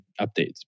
updates